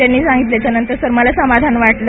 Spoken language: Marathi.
त्यांनी सांगितल्यानंतर मला समाधान वाटलं